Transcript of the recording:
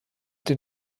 den